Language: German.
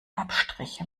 abstriche